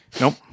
Nope